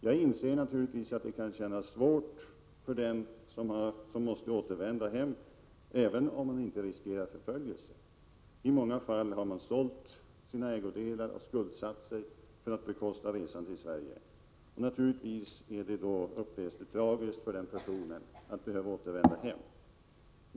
Jag inser givetvis att det kan kännas svårt för dem som måste återvända hem, även om vederbörande inte riskerar förföljelse. I många fall har man sålt sina ägodelar och skuldsatt sig för att bekosta resan till Sverige. Självfallet upplevs det då som tragiskt att behöva återvända hem.